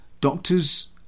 Doctors